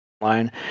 line